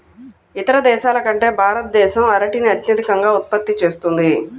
ఇతర దేశాల కంటే భారతదేశం అరటిని అత్యధికంగా ఉత్పత్తి చేస్తుంది